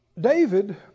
David